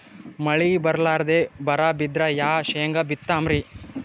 ಮಳಿ ಬರ್ಲಾದೆ ಬರಾ ಬಿದ್ರ ಯಾ ಶೇಂಗಾ ಬಿತ್ತಮ್ರೀ?